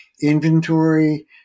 inventory